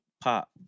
pop